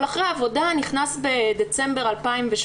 אבל אחרי עבודה נכנס בדצמבר 2018